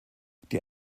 die